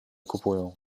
kupują